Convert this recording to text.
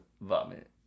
Vomit